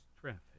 traffic